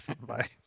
bye